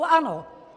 Ano!